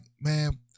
man